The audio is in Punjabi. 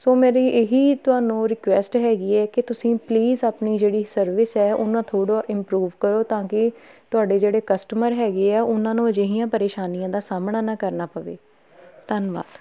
ਸੋ ਮੇਰੀ ਇਹ ਹੀ ਤੁਹਾਨੂੰ ਰਿਕੁਐਸਟ ਹੈਗੀ ਹੈ ਕਿ ਤੁਸੀਂ ਪਲੀਜ਼ ਆਪਣੀ ਜਿਹੜੀ ਸਰਵਿਸ ਹੈ ਉਹਨੂੰ ਥੋੜ੍ਹਾ ਇੰਪਰੂਵ ਕਰੋ ਤਾਂ ਕਿ ਤੁਹਾਡੇ ਜਿਹੜੇ ਕਸਟਮਰ ਹੈਗੇ ਆ ਉਹਨਾਂ ਨੂੰ ਅਜਿਹੀਆਂ ਪਰੇਸ਼ਾਨੀਆਂ ਦਾ ਸਾਹਮਣਾ ਨਾ ਕਰਨਾ ਪਵੇ ਧੰਨਵਾਦ